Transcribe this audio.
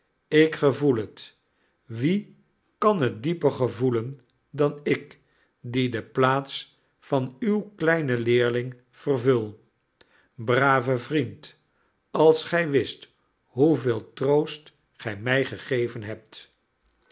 ik gevoel het wie kan het dieper gevoelen dan ik die de plaats van uw kleinen leerling vervul brave vriend als gij wist hoeveel troost gij mij gegeven hebt